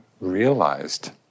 realized